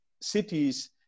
cities